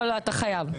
אתה חייב.